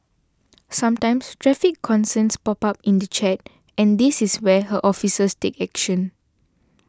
sometimes traffic concerns pop up in the chat and this is where her officers take action